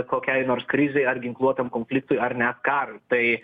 kokiai nors krizei ar ginkluotam konfliktui ar net karui tai